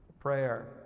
Prayer